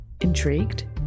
Intrigued